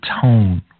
tone